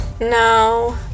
No